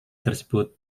tersebut